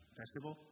festival